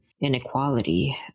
inequality